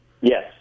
Yes